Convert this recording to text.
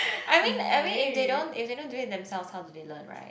I mean I mean if they don't do it themselves how do they learn right